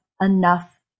enough